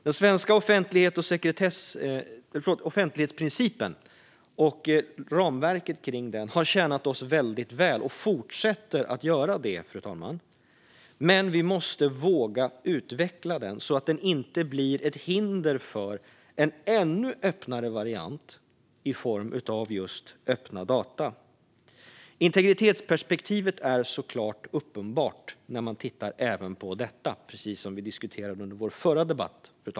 Den svenska offentlighetsprincipen och ramverket kring den har tjänat oss väldigt väl och fortsätter göra det, fru talman. Men vi måste våga utveckla den så att den inte blir ett hinder för en ännu öppnare variant i form av öppna data. Integritetsperspektivet, som vi diskuterade i förra debatten, är såklart uppenbart även när man tittar på detta.